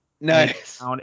Nice